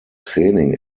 training